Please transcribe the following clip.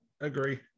agree